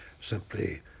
simply